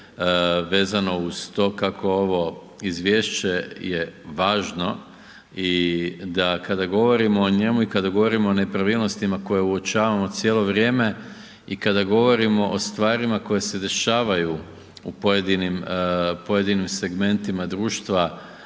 vezano uz to kako ovo izvješće je važno i da kada govorimo o njemu i kada govorimo o nepravilnostima koje uočavamo cijelo vrijeme i kada govorimo o stvarima koje se dešavaju u pojedinim segmentima društva